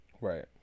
Right